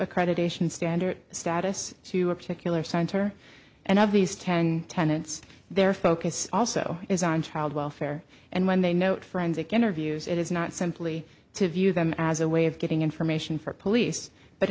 accreditation standard status to a particular center and of these ten tenants their focus also is on child welfare and when they note forensic interviews it is not simply to view them as a way of getting information for police but